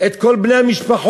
את כל בני המשפחות,